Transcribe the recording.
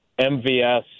MVS